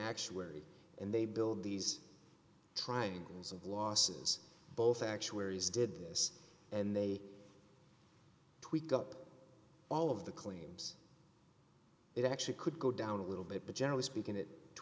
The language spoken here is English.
actuary and they build these triangles of losses both actuaries did this and they tweak up all of the claims it actually could go down a little bit but generally speaking it